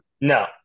No